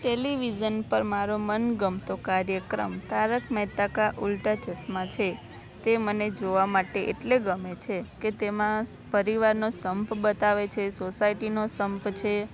television પર મારો મનગમતો કાર્યક્રમ તારક મેહતા કા ઉલ્ટા ચશ્મા છે તે મને જોવા માટે એટલે ગમે છે કે તેમાં પરિવારનો સંપ બતાવે છે સોસાયટીનો સંપ છે